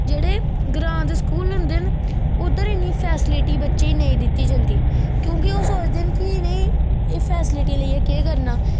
जेह्ड़े ग्रां दे स्कूल हुंदे न उद्धर इन्नी फेसीलिटी बच्चें गी नी दित्ती जंदी क्योंकि ओह् सोचदे न कि में एह् फैसिलिटी लेइयै केह् करना